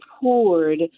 poured